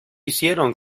hicieron